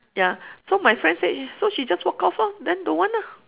ya so my friend said so she just walk off lor then don't want ah